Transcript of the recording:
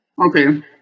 Okay